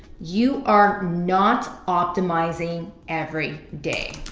you are not optimizing every day.